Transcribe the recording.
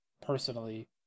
Personally